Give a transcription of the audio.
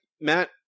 Matt